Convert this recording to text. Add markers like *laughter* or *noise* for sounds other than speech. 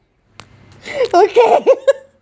okay *laughs*